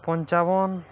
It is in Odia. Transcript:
ପଞ୍ଚାବନ୍